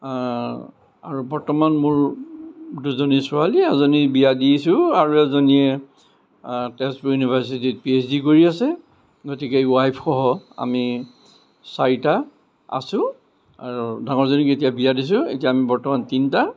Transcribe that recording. আৰু বৰ্তমান মোৰ দুজনী ছোৱালী এজনী বিয়া দিছোঁ আৰু এজনীয়ে তেজপুৰ ইউনিৰ্ভাৰছিটিত পি এইচ ডি কৰি আছে গতিকে ৱাইফসহ আমি চাৰিটা আছো আৰু ডাঙৰজনীক এতিয়া বিয়া দিছোঁ এতিয়া আমি বৰ্তমান তিনিটা